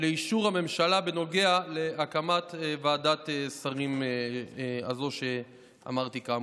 לאישור הממשלה בנוגע להקמת ועדת שרים הזו שעליה דיברתי.